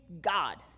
God